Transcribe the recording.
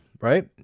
right